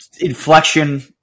Inflection